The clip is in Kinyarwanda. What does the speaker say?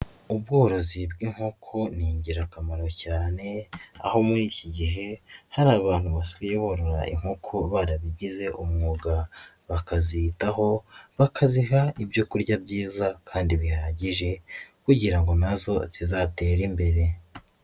Ubworozi bw'inkoko ni ingirakamaro cyane, aho muri iki gihe hari abantu basigaye borora inkoko barabigize umwuga bakaziyitaho, bakaziha ibyo kurya byiza kandi bihagije kugira ngo nazo zizatere imbere.